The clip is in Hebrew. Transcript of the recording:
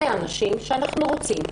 אלה הנשים שאנחנו רוצים לתפקידים.